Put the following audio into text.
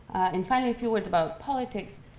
and finally a few words about politics.